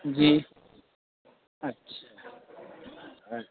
جی اچھا اچھا